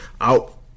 out